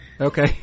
Okay